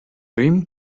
rim